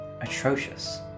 atrocious